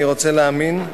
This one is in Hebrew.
אני רוצה להאמין,